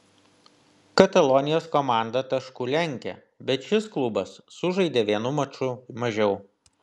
katalonijos komanda tašku lenkia bet šis klubas sužaidė vienu maču mažiau